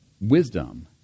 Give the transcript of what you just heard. wisdom